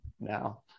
now